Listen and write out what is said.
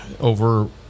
over